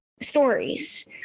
stories